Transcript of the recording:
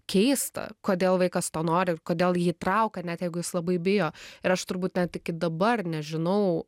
keista kodėl vaikas to nori kodėl jį traukia net jeigu jis labai bijo ir aš turbūt net iki dabar nežinau